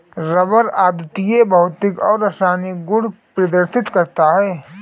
rubber अद्वितीय भौतिक और रासायनिक गुण प्रदर्शित करता है